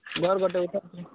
ଘରୁ ଗୋଟେ ହେଇପାରୁନି